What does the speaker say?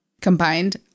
Combined